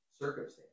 circumstance